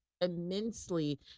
immensely